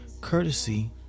courtesy